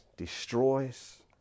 destroys